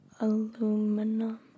aluminum